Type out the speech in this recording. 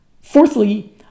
Fourthly